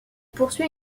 poursuit